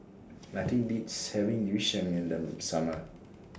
Nothing Beats having Yu Sheng in The Summer